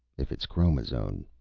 if it's chromazone,